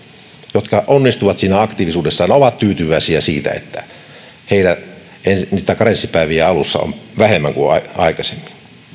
jotka onnistuvat siinä aktiivisuudessaan ovat tyytyväisiä siitä että heillä niitä karenssipäiviä on alussa vähemmän kuin aikaisemmin